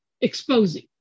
Exposing